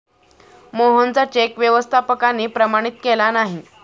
मोहनचा चेक व्यवस्थापकाने प्रमाणित केला नाही